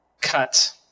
Cut